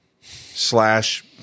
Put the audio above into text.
slash